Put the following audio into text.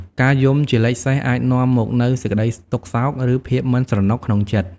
ការយំជាលេខសេសអាចនាំមកនូវសេចក្តីទុក្ខសោក ឬភាពមិនស្រណុកក្នុងចិត្ត។